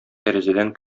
тәрәзәдән